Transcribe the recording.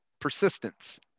Persistence